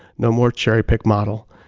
no more cherry pick model.